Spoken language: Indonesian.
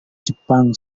jepang